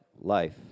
life